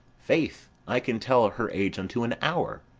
faith, i can tell her age unto an hour.